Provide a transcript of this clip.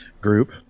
group